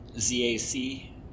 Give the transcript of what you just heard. Z-A-C